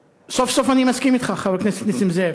סוף-סוף, אני מסכים אתך, חבר הכנסת נסים זאב,